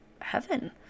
heaven